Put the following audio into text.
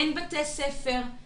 אין בתי ספר,